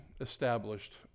established